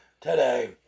Today